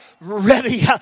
ready